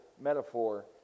metaphor